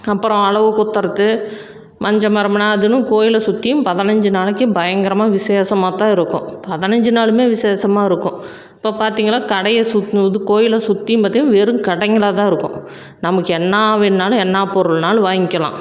அப்புறம் அலகு குத்துறது மஞ்ச மறுமணம் அதுன்னு கோயிலை சுற்றியும் பதினஞ்சி நாளைக்கு பயங்கரமாக விஷேசமாக தான் இருக்கும் பதினஞ்சி நாளுமே விஷேசமாக இருக்கும் இப்போ பார்த்திங்கனா கடையை சுத் இது கோயிலை சுற்றியும் பார்த்திங்கனா வெறும் கடைங்களாக தான் இருக்கும் நமக்கு என்ன வேணாலும் என்ன பொருள்னாலும் வாங்கிக்கலாம்